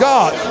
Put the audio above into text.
God